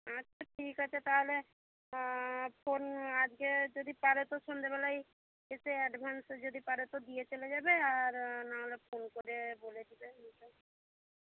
আচ্ছা ঠিক আছে তাহলে ফোন আজকে যদি পারে তো সন্ধেবেলায় এসে অ্যাডভান্সটা যদি পারে তো দিয়ে চলে যাবে আর না হলে ফোন করে বলে দিবে